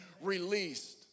released